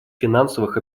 финансовых